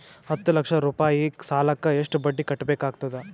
ಹತ್ತ ಲಕ್ಷ ರೂಪಾಯಿ ಸಾಲಕ್ಕ ಎಷ್ಟ ಬಡ್ಡಿ ಕಟ್ಟಬೇಕಾಗತದ?